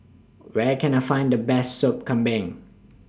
Where Can I Find The Best Sup Kambing